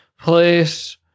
place